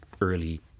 early